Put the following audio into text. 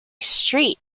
street